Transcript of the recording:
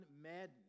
Madden